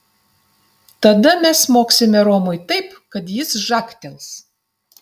tada mes smogsime romui taip kad jis žagtels